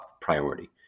priority